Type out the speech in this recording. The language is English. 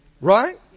right